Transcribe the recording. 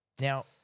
Now